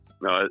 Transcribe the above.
no